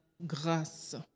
grâce